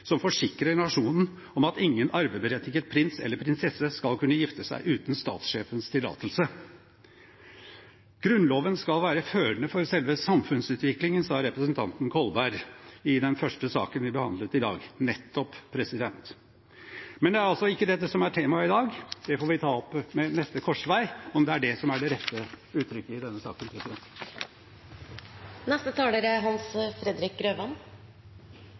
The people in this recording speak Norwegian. som forsikrer nasjonen om at ingen arveberettiget prins eller prinsesse skal kunne gifte seg uten statssjefens tillatelse. Grunnloven skal være førende for selve samfunnsutviklingen, sa representanten Kolberg i den første saken vi behandlet i dag. Nettopp! Men det er altså ikke dette som er temaet i dag. Det får vi ta opp ved neste korsvei – om det er det som er det rette uttrykket i denne saken. Som saksordføreren uttrykte det, handler § 5 om kongens immunitet og er